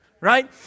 right